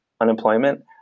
unemployment